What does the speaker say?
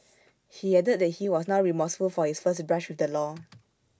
he added that he was now remorseful for his first brush with the law